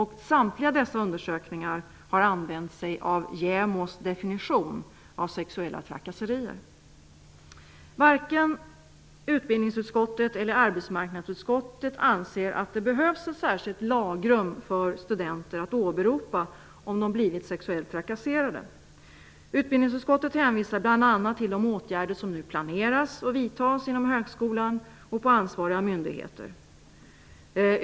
I samtliga dessa undersökningar har man använt sig av JämO:s definition av sexuella trakasserier. Varken utbildningsutskottet eller arbetsmarknadsutskottet anser att det behövs ett särskilt lagrum för studenter att åberopa om de blivit sexuellt trakasserade. Utbildningsutskottet hänvisar bl.a. till de åtgärder som nu planeras och vidtas inom högskolan och på ansvariga myndigheter.